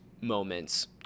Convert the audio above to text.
moments